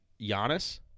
Giannis